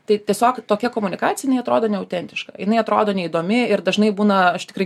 tai tiesiog tokia komunikacija jinai atrodo neautentiška jinai atrodo neįdomi ir dažnai būna aš tikrai